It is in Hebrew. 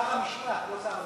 שר המשפט, לא שר המשפטים.